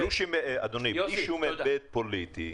אדוני, בלי שום היבט פוליטי,